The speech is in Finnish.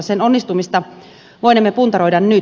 sen onnistumista voinemme puntaroida nyt